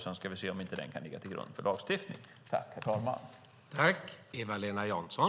Sedan ska vi se om inte den kan ligga till grund för lagstiftning. Tack för materialet, Eva-Lena Jansson!